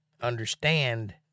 Understand